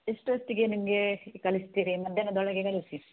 ಎಷ್ಟೊತ್ತಿಗೆ ನಿಮಗೆ ಕಳಿಸ್ತೀರಿ ಮಧ್ಯಾಹ್ನದೊಳಗೆ ಕಳಿಸಿ